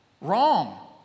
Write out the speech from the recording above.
Wrong